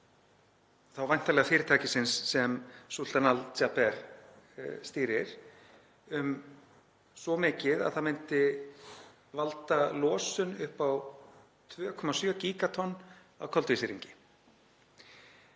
þá væntanlega fyrirtækisins sem Sultan Al Jaber stýrir, svo mikið að það myndi valda losun upp á 2,7 gígatonn af koltvísýringi.